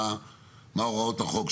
מה הוראות החוק?